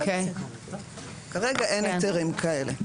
כרגע אין היתרים כאלה.